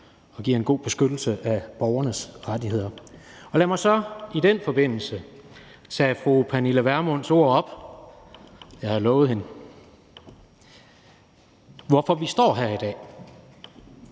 og giver en god beskyttelse af borgernes rettigheder. Lad mig så i den forbindelse tage fru Pernille Vermunds ord op – det har jeg lovet hende – om, hvorfor vi står her i dag.